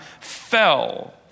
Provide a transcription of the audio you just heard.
fell